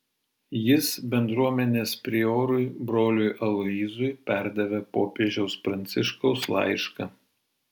jis bendruomenės priorui broliui aloyzui perdavė popiežiaus pranciškaus laišką